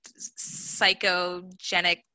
psychogenic